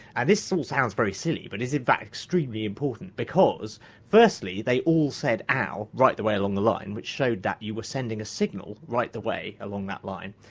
this all sounds very silly but is, in fact, extremely important because firstly, they all said, ow right the way along the line, which showed that you were sending a signal right the way along that line.